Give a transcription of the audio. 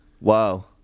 Wow